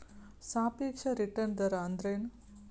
ಸಾಪೇಕ್ಷ ರಿಟರ್ನ್ ದರ ಅಂದ್ರೆನ್